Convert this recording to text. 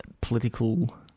political